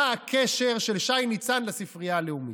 מה הקשר של שי ניצן לספרייה הלאומית.